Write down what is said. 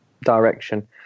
direction